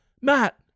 Matt